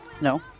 No